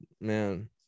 man